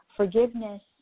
Forgiveness